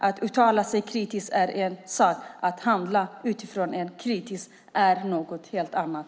Att uttala sig kritiskt är en sak, att handla utifrån sin kritik är något helt annat.